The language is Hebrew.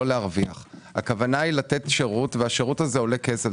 להרוויח אלא הכוונה היא לתת שירות והוא עולה כסף.